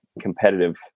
competitive